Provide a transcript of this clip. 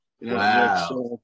wow